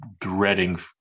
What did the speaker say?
dreading